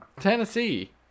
Tennessee